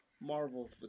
Marvel